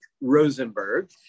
Rosenberg